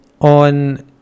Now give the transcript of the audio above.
On